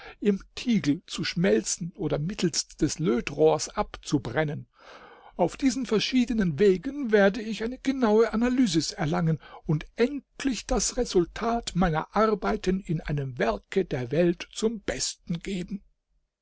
im tiegel zu schmelzen oder mittelst des lötrohrs abzubrennen auf diesen verschiedenen wegen werde ich eine genaue analysis erlangen und endlich das resultat meiner arbeiten in einem werke der welt zum besten geben